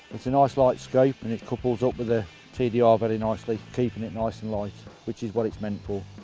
it's a nice light scope and it couples up with the tdr very nicely keeping it nice and light which is what it's meant for.